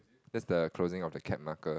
that's the closing of the cap marker